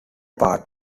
part